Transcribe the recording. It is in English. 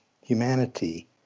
humanity